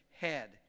head